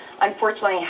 unfortunately